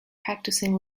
practicing